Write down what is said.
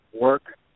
work